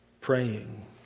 praying